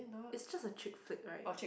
it's just a chick flick right